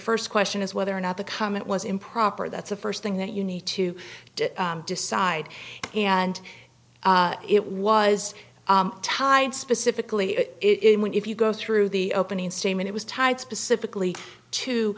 first question is whether or not the comment was improper that's the first thing that you need to decide and it was tied specifically it when if you go through the opening statement it was tied specifically to